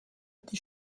die